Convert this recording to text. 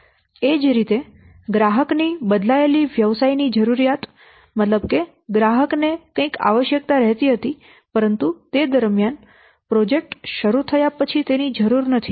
એ જ રીતે ગ્રાહક ની બદલાયેલી વ્યવસાય ની જરૂરિયાત મતલબ કે ગ્રાહક ને કંઈક આવશ્યકતા રહેતી હતી પરંતુ તે દરમિયાન પ્રોજેક્ટ શરૂ થયા પછી તેની જરૂર નથી